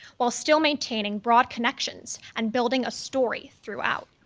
while still maintaining broad connections and building a story throughout.